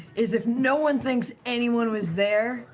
is if no one thinks anyone was there.